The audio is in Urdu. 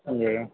جی